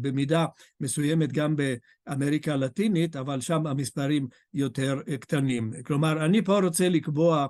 במידה מסוימת גם באמריקה הלטינית אבל שם המספרים יותר קטנים, כלומר אני פה רוצה לקבוע